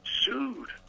sued